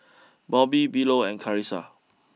Bobby Philo and Carissa